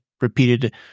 repeated